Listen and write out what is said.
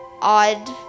Odd